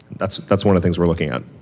that's that's one of things we're looking at.